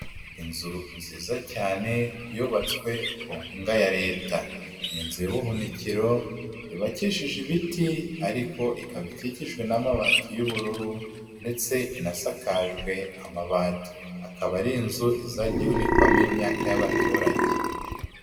Inzu nziza cyane yubatswe ku nkunga ya leta, ni inzu y'ubuhunikiro, yubakisheje ibiti ariko ikaba ikikijwe n'amabati y'ubururu ndetse inasakajwe amabati, akaba ari inzu izajya ihunikwamo imyaka y'abaturage.